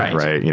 right?